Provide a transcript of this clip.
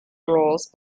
rules